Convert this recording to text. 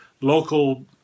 local